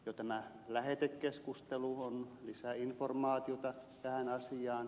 jo tämä lähetekeskustelu on lisäinformaatiota tähän asiaan